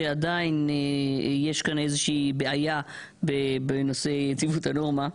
שעדיין יש כאן איזה שהיא בעיה בנושא יציבות הנורמה,